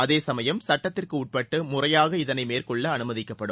அதேசமயம் சட்டத்திற்குட்பட்டு முறையாக இதனை மேற்கொள்ள அனுமதிக்கப்படும்